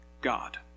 God